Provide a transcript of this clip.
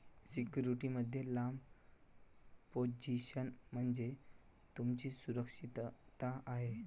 security मध्ये लांब position म्हणजे तुमची सुरक्षितता आहे